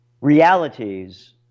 realities